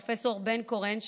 פרופ' בן קורן,